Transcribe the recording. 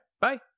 Bye